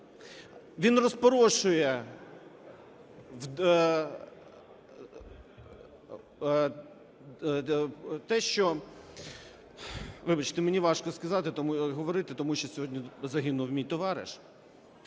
він розпорошує те, що… вибачте, мені важко говорити, тому що сьогодні загинув мій товариш.